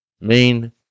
main